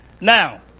Now